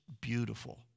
beautiful